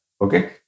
Okay